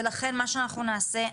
ולכן מה שאנחנו נעשה,